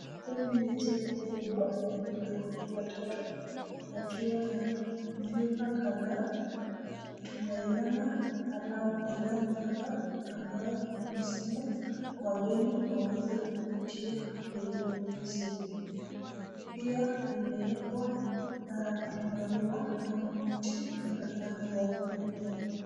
Hili ni jengo kubwa lenye gorofa tatu likiwa na vyumba kadhaa. Tunaiona ilani hapa ambayo wamesema wageni waweza kupitia kwenye ofisi. Pia imewekwa maua ama miti kandokando ya hili jengo.